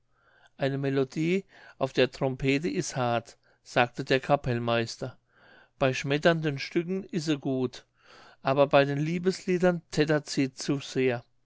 eine melodie auf der trompete is hart sagte der kapellmeister bei schmetternden stücken is sie gut aber bei den liebesliedern tättert sie zu sehr